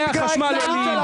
מחירי החשמל עולים,